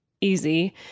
easy